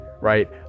right